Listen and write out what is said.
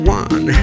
one